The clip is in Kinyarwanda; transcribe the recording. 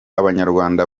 abanyarwanda